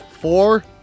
four